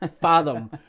fathom